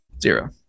zero